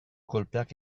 kolpeak